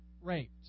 Raped